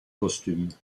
costumes